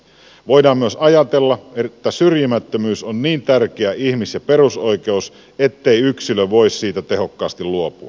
voidaan myös ajatella että syrjimättömyys on niin tärkeä ihmis ja perusoikeus ettei yksilö voi siitä tehokkaasti luopua